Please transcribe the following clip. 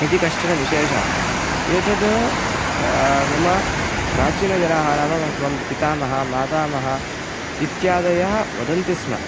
इति कश्चन विशेषः एतद् मम प्राचीनजनाः नाम मम पितामहः मातामहः इत्यादयः वदन्ति स्म